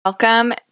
Welcome